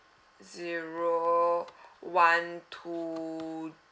zero one two